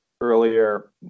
earlier